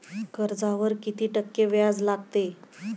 कर्जावर किती टक्के व्याज लागते?